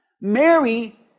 Mary